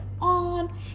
on